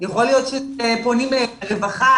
יכול להיות שפונים לרווחה,